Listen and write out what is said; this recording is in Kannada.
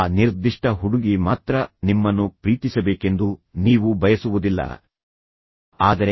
ಆ ನಿರ್ದಿಷ್ಟ ಹುಡುಗಿ ಮಾತ್ರ ನಿಮ್ಮನ್ನು ಪ್ರೀತಿಸಬೇಕೆಂದು ನೀವು ಬಯಸುವುದಿಲ್ಲ ಅಥವಾ ಆ ನಿರ್ದಿಷ್ಟ ವ್ಯಕ್ತಿ ನಿಮ್ಮ ಮೇಲೆ ಪ್ರೀತಿಯನ್ನು ಸುರಿಸಬೇಕೆಂದು ನೀವು ಬಯಸುವುದಿಲ್ಲ